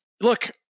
look